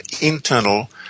internal